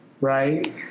right